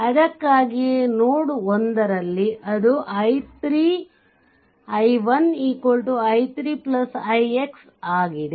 ಅದಕ್ಕಾಗಿಯೇ ನೋಡ್ 1 ನಲ್ಲಿ ಅದು i1 i3 ix ಆಗಿದೆ